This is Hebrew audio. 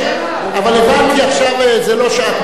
אבל הבנתי, עכשיו זו לא שעת ביקורת.